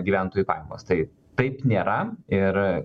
gyventojų pajamos tai taip nėra ir